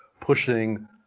pushing